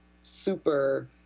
super